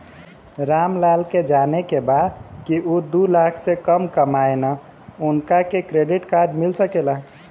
राम लाल के जाने के बा की ऊ दूलाख से कम कमायेन उनका के क्रेडिट कार्ड मिल सके ला?